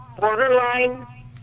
borderline